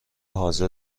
حاضر